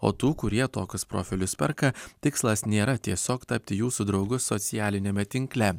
o tų kurie tokius profilius perka tikslas nėra tiesiog tapti jūsų draugu socialiniame tinkle